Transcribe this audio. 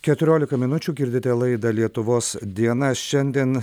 keturiolika minučių girdite laidą lietuvos diena šiandien